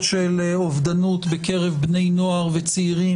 של אובדנות בקרב בני נוער וצעירים